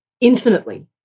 infinitely